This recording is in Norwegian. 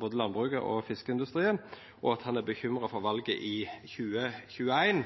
både landbruket og fiskeindustrien, og at han er bekymra for valet i 2021.